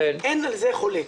אין על זה חולק.